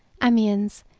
amiens,